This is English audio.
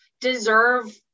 deserve